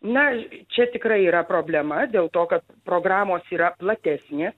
na čia tikrai yra problema dėl to kad programos yra platesnės